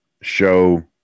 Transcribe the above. show